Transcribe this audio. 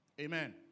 Amen